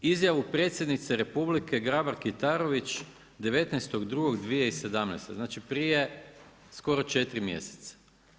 Izjavu predsjednice Republike Grabar Kitarović 19.2.2017. znači prije skoro 4 mjeseca.